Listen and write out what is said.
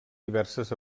diverses